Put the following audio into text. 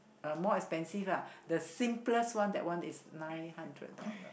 uh more expensive lah the simplest one that one is nine hundred dollar